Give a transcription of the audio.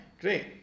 Great